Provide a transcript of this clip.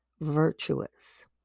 virtuous